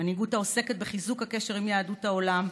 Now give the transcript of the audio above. מנהיגות העוסקת בחיזוק הקשר עם יהודי העולם,